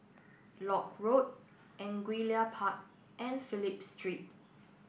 Lock Road Angullia Park and Phillip Street